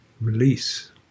release